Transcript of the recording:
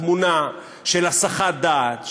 תמונה של הסחת דעת,